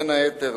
בין היתר,